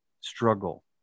struggle